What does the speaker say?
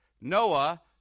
Noah